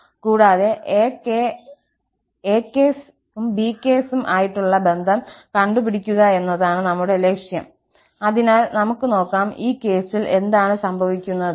കൂടാതെ ak′s യും bk′s യും ആയിട്ടുള്ള ബന്ധം കണ്ടുപിടിക്കുകയെന്നതാണ് നമ്മുടെ ലക്ഷ്യം അതിനാൽ നമുക് നോക്കാം ഈ കേസിൽ എന്താണ് സംഭവിക്കുന്നതെന്ന്